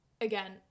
again